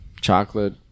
chocolate